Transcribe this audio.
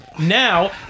Now